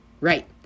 right